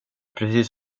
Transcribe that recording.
precis